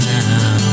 now